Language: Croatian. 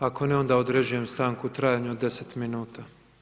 Ako ne onda određujem stanku u trajanju od 10 min.